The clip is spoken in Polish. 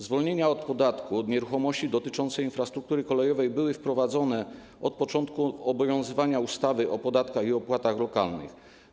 Zwolnienia od podatku od nieruchomości dotyczące infrastruktury kolejowej były wprowadzane od początku obowiązywania ustawy o podatkach i opłatach lokalnych.